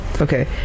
okay